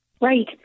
Right